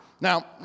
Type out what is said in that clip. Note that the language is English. Now